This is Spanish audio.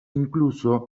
incluso